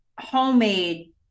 homemade